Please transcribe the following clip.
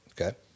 Okay